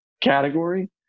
category